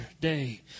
day